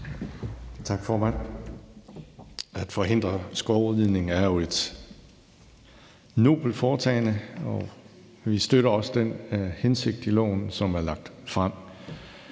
Tak, formand. At forhindre skovrydning er jo et nobelt foretagende, og vi støtter også den hensigt i lovforslaget, som er lagt frem.